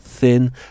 thin